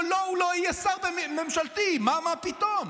לא, הוא לא יהיה שר בממשלתי, מה פתאום.